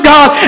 God